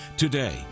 Today